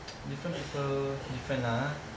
different people different lah ah